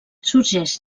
sorgeix